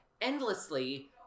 endlessly